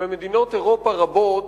שבמדינות אירופה רבות